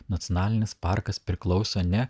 nacionalinis parkas priklauso ne